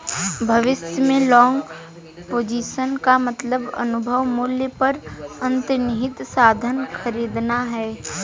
भविष्य में long position का मतलब अनुबंध मूल्य पर अंतर्निहित साधन खरीदना है